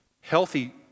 Healthy